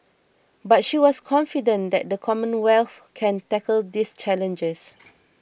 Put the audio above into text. but she was confident that the Commonwealth can tackle these challenges